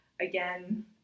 Again